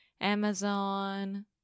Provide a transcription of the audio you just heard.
Amazon